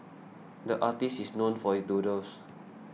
the artist is known for his doodles